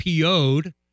PO'd